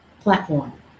platform